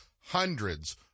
hundreds